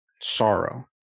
sorrow